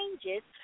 changes